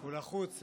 הוא לחוץ,